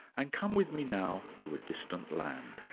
and come with me now to a distant land.